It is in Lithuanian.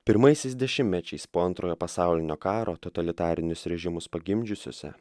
pirmaisiais dešimmečiais po antrojo pasaulinio karo totalitarinius režimus pagimdžiusiose